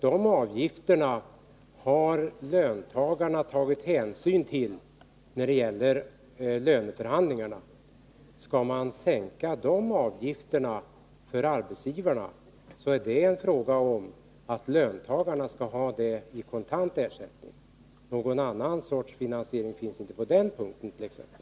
De avgifterna har löntagarna tagit hänsyn till vid löneförhandlingarna. Skall man sänka dessa avgifter för arbetsgivarna, så är det fråga om att löntagarna skall ha det i kontant ersättning. Någon annan sorts finansiering finns inte på den punkten t.ex.